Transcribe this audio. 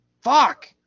Fuck